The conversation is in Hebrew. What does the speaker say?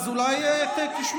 אז אולי תשמעי.